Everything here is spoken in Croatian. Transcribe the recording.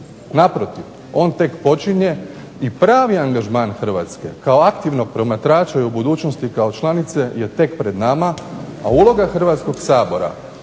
Naprotiv on tek počinje i pravi angažman Hrvatske kao aktivnog promatrača i u budućnosti kao članice je tek pred nama, a uloga Hrvatskog sabora